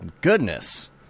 goodness